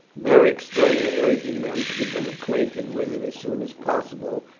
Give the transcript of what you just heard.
beric strongly urging them to become acquainted with it as soon as possible,